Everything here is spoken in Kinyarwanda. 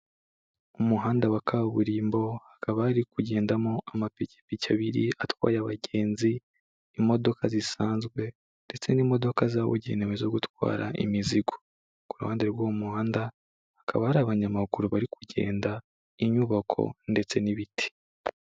Umuhanda wa kaburimbo, hakaba hari kugendamo amapikipiki abiri atwaye abagenzi, imodoka zisanzwe ndetse n'imodoka zabugenewe zo gutwara imizigo, ku ruhande rw'uwo muhanda hakaba hari abanyamaguru bari kugenda, inyubako ndetse n'ibiti.